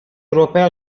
europeo